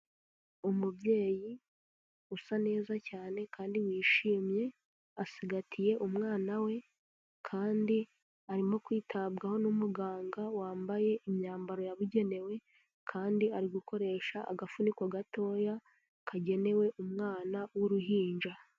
Umubyeyi, usa neza cyane kandi wishimye, asigatiye umwana we, kandi arimo kwitabwaho n'umuganga wambaye imyambaro yabugenewe, kandi ari gukoresha agafuniko gatoya, kagenewe umwana w'uruhinja.